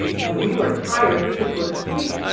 and when we were tired we could go to sleep,